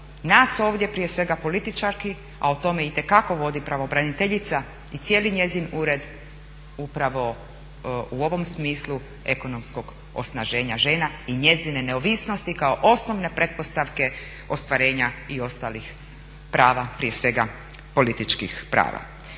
nas ovdje prije svega političarki, a o tome itekako vodi pravobraniteljica i cijeli njezin ured upravo u ovom smislu ekonomskog osnaženja žena i njezine neovisnosti kao osnovne pretpostavke ostvarenja i ostalih prava, prije svega političkih prava.